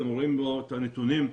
אתם רואים את הנתונים.